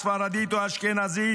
ספרדית או אשכנזית,